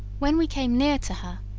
when we came near to her,